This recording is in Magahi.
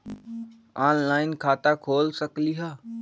ऑनलाइन खाता खोल सकलीह?